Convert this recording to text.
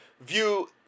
view